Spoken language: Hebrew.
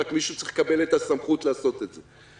רק מישהו צריך לקבל את הסמכות לעשות את זה.